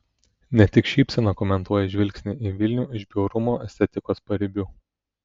ne tik šypsena komentuoja žvilgsnį į vilnių iš bjaurumo estetikos paribių